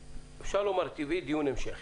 אפשר לומר שהדיון הזה הוא דיון המשך,